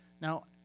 Now